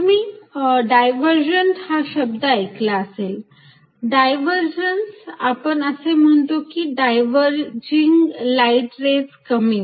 तुम्ही divergent हा शब्द ऐकला असेल डायव्हरजन्स आपण असे म्हणतो की diverging light rays coming